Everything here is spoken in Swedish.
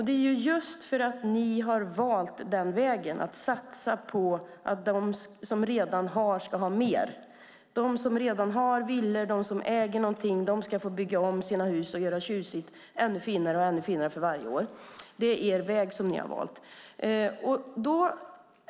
Det är för att ni har valt den vägen att satsa på att de som redan har ska ha mer. De som redan har villor, som äger någonting, ska få bygga om sina hus och göra det tjusigt och ännu finare för varje år. Det är den väg ni har valt.